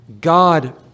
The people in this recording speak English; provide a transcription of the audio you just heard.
God